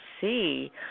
see